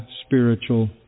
spiritual